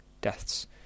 deaths